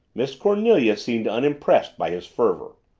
miss cornelia seemed unimpressed by his fervor.